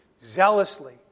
zealously